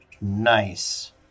Nice